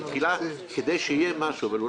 ניסינו ועשינו ותיאמנו עם כל הגופים הנוגעים בדבר,